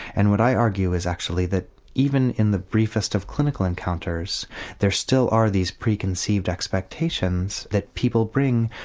and what i argue is actually that even in the briefest of clinical encounters there still are these preconceived expectations that people bring,